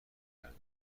کردم